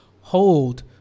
hold